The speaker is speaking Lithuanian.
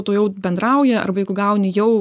tuojau bendrauja arba jeigu gauni jau